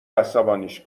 عصبانیش